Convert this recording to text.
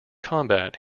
combat